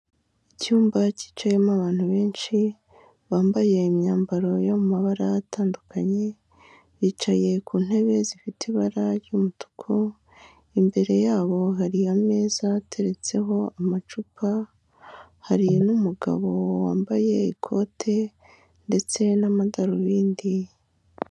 Icyumba cyicayemo abantu benshi bambaye imyambaro y'amabara atandukanye, bicaye ku ntebe zifite ibara ry'umutuku, imbere yabo hari ameza ateretseho amacupa, hari n'umugabo wambaye ikote ndetse n'amadarubindi.